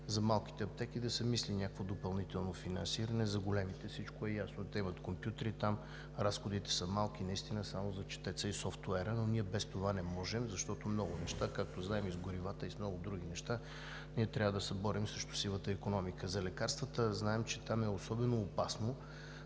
за малките аптеки трябва да се мисли за някакво допълнително финансиране. За големите аптеки всичко е ясно – те имат компютри, там разходите са малки, само за четеца и софтуера. Но ние без това не можем, защото, както знаем с горивата и с много други неща, трябва да се борим срещу сивата икономика и за лекарствата, а знаем, че там е особено опасно